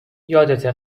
یادته